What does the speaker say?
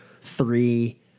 three